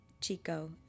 Chico